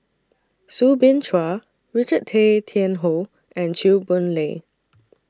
Soo Bin Chua Richard Tay Tian Hoe and Chew Boon Lay